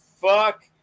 fuck